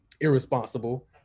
irresponsible